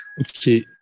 Okay